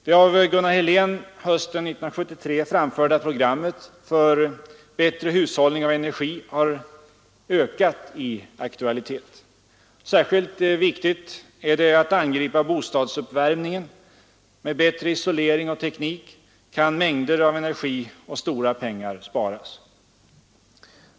Det av Gunnar Helén hösten 1973 framförda programmet för bättre hushållning med energi har ökat i aktualitet. Särskilt viktigt är det att angripa bostadsuppvärmningen. Med bättre isolering och teknik kan mängder av energi och stora pengar sparas.